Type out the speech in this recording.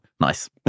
nice